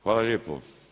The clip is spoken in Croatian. Hvala lijepo.